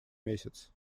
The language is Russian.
месяц